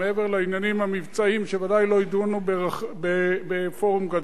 מעבר לעניינים המבצעיים שבוודאי לא יידונו בפורום גדול.